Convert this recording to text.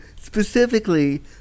specifically